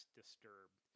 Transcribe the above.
disturbed